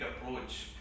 approach